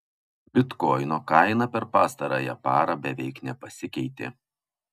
bitkoino kaina per pastarąją parą beveik nepasikeitė